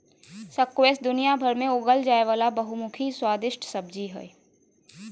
squash दुनियाभर में उगाल जाय वला बहुमुखी और स्वादिस्ट सब्जी हइ